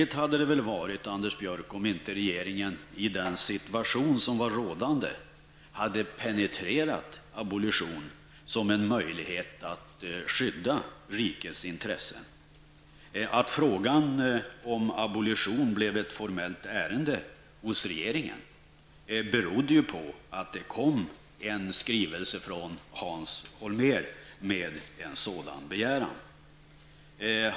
Det hade väl varit märkligt, Anders Björck, om inte regeringen i den situation som var rådande hade penetrerat abolition som en möjlighet att skydda rikets intressen? Att frågan om abolition blev ett formellt ärende hos regeringen berodde ju på att det kom en skrivelse från Hans Holmér med en sådan begäran.